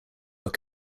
were